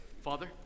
Father